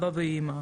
אבא ואמא,